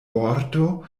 vorto